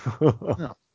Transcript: no